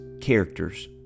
characters